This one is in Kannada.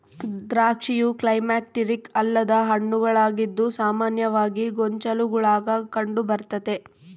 ದ್ರಾಕ್ಷಿಯು ಕ್ಲೈಮ್ಯಾಕ್ಟೀರಿಕ್ ಅಲ್ಲದ ಹಣ್ಣುಗಳಾಗಿದ್ದು ಸಾಮಾನ್ಯವಾಗಿ ಗೊಂಚಲುಗುಳಾಗ ಕಂಡುಬರ್ತತೆ